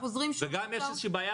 גם אם יש איזושהי בעיה,